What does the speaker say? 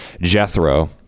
Jethro